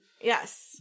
Yes